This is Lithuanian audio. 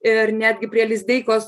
ir netgi prie lizdeikos